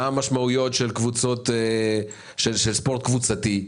מה המשמעויות של ספורט קבוצתי.